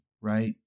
right